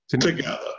together